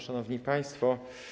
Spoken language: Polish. Szanowni Państwo!